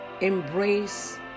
Embrace